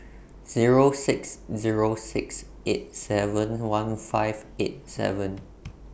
Zero six Zero six eight seven one five eight seven